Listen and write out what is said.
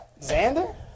Xander